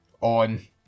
on